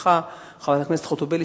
חברת הכנסת ציפי חוטובלי,